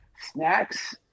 Snacks